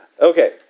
okay